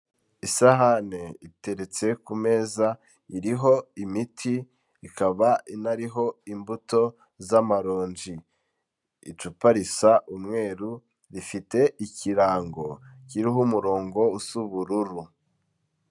Isahani iteretse ku meza iriho imiti ikaba inariho imbuto z'amaronji, icupa risa umweru rifite ikirango, kiriho umurongo usa ubururu.